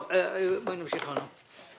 טוב, בואי נמשיך הלאה.